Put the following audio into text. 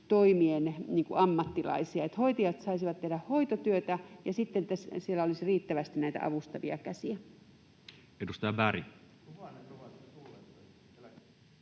toimien ammattilaisista, niin että hoitajat saisivat tehdä hoitotyötä ja siellä olisi sitten riittävästi näitä avustavia käsiä. [Speech 187]